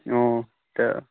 অঁ তে